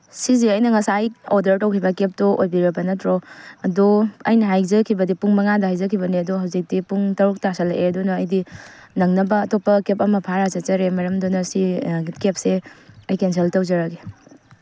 ꯁꯤꯁꯦ ꯑꯩꯅ ꯉꯁꯥꯏ ꯑꯣꯔꯗ꯭ꯔ ꯇꯧꯈꯤꯕ ꯀꯦꯞꯇꯣ ꯑꯣꯏꯕꯤꯔꯕ ꯅꯠꯇ꯭ꯔꯣ ꯑꯗꯣ ꯑꯩꯅ ꯍꯥꯏꯖꯈꯤꯕꯗꯤ ꯄꯣꯡ ꯃꯉꯥꯗ ꯍꯥꯏꯖꯈꯤꯕꯅꯦ ꯑꯗꯣ ꯍꯧꯖꯤꯛꯇꯤ ꯄꯨꯡ ꯇꯔꯨꯛ ꯇꯥꯁꯤꯜꯂꯛꯑꯦ ꯑꯗꯨꯅ ꯑꯩꯗꯤ ꯅꯪꯅꯕ ꯑꯇꯣꯞꯄ ꯀꯦꯞ ꯑꯃ ꯐꯥꯔꯒ ꯆꯠꯆꯔꯦ ꯃꯔꯝ ꯑꯗꯨꯅ ꯁꯤ ꯀꯦꯞꯁꯦ ꯑꯩ ꯀꯦꯟꯁꯦꯜ ꯇꯧꯖꯔꯒꯦ